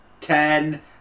ten